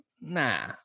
nah